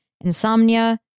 insomnia